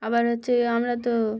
আবার হচ্ছে আমরা তো